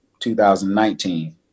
2019